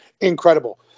Incredible